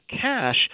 cash